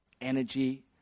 energy